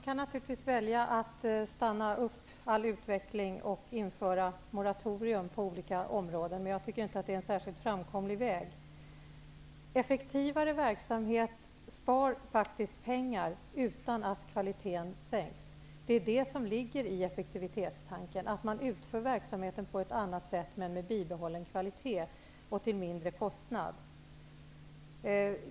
Herr talman! Man kan naturligtvis välja att stanna upp all utveckling och införa ett moratorium på olika områden, men jag tycker inte att det är en särskilt framkomlig väg. Effektivare verksamhet spar faktiskt pengar utan att kvaliteten sänks. Det är detta som ligger i effektivitetstanken, att man utför verksamheten på ett annat sätt, men med bibehållen kvalitet och till mindre kostnad.